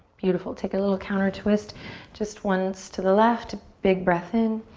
beautiful, take a little counter twist just once to the left. big breath in.